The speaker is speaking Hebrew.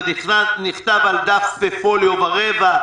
ונכתב על דף פוליו ורבע,